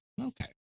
Okay